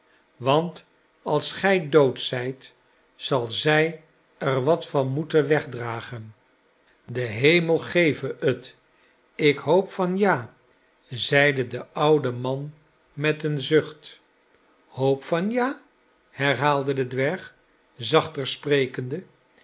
want als gij dood zijt zal zij er wat van moeten wegdragen de hemel geve het ik hoop van ja zeide de oude man met een zucht hoop van ja herhaalde de dwerg zachter sprekende